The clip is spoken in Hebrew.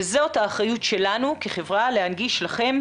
וזאת האחריות שלנו כחברה להנגיש לכם,